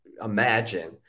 imagine